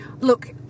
look